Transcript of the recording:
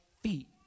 feet